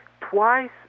twice